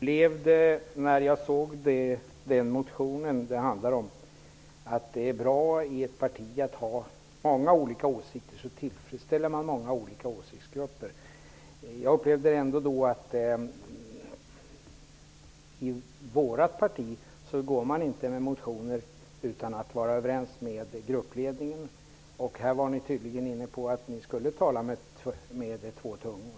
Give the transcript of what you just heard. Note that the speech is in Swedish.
Herr talman! När jag såg motionen upplevde jag att det är bra att ha många olika åsikter i ett parti. Då tillfredsställer man många åsiktsgrupper. I vårt parti skriver man inte motioner utan att vara överens med gruppledningen. Här var ni tydligen inne på att ni skulle tala med två tungor.